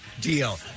deal